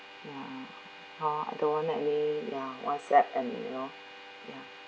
ya ha I don't want any ya whatsapp and you know ya